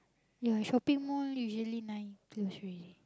ya shopping mall usually nine to three